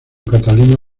catalina